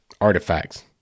artifacts